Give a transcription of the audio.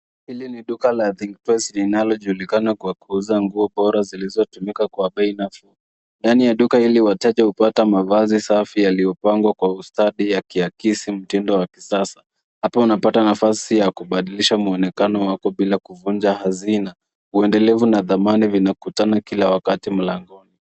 Hili ni duka la Think Twice linalojulikana kwa kuuza nguo bora zilizotumika kwa bei nafuu. Ndani ya duka hili wateja hupata mavazi safi yaliyopangwa kwa ustadi yakiakisi mtindo wa kisasa. Hapa unapata nafasi ya kubadilisha muonekano wako bila kuvunja hazina. Uendelevu na dhamani vinakutana kila wakati mlangoni.